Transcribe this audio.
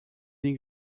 nie